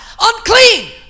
unclean